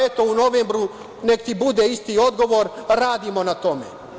Eto, u novembru nek ti bude isti odgovor - radimo na tome.